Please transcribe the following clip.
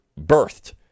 birthed